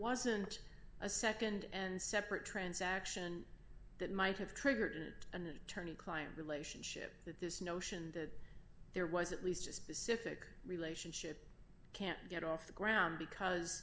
wasn't a nd and separate transaction that might have triggered an attorney client relationship that this notion that there was at least a specific relationship can't get off the ground because